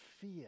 fear